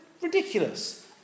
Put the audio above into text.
ridiculous